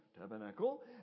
tabernacle